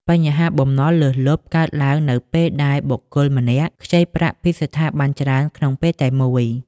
បញ្ហាបំណុលលើសលប់ កើតឡើងនៅពេលដែលបុគ្គលម្នាក់ខ្ចីប្រាក់ពីស្ថាប័នច្រើនក្នុងពេលតែមួយ។